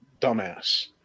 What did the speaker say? dumbass